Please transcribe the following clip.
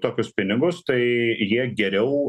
tokius pinigus tai jie geriau